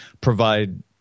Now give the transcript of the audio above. provide